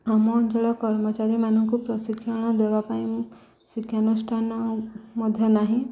ଆମ ଅଞ୍ଚଳ କର୍ମଚାରୀମାନଙ୍କୁ ପ୍ରଶିକ୍ଷଣ ଦେବା ପାଇଁ ଶିକ୍ଷାନୁଷ୍ଠାନ ମଧ୍ୟ ନାହିଁ